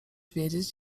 wiedzieć